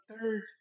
third